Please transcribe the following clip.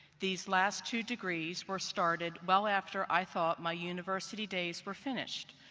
these last two degrees were started well after i thought my university days were finished.